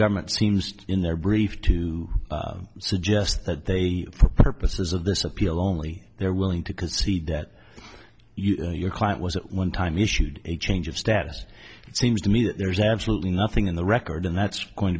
government seems to in their brief to suggest that they for purposes of this appeal only they're willing to concede that you your client was at one time issued a change of status it seems to me that there is absolutely nothing in the record and that's going